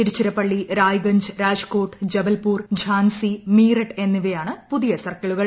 തിരുച്ചിറപ്പള്ളി റായ്ഗഞ്ച് രാജ്കോട്ട് ജബൽപൂർ ഝാൻസി മീററ്റ് എന്നിവയാണ് പുതിയ സർക്കിളുകൾ